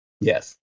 Yes